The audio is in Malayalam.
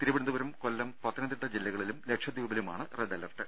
തിരുവനന്തപുരം കൊല്ലം പത്തനംതിട്ട ജില്ലകളിലും ലക്ഷദ്വീപിലുമാണ് റെഡ് അലർട്ട്